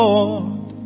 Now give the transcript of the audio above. Lord